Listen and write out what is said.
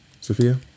Sophia